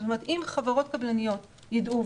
זאת אומרת אם חברות קבלניות יידעו,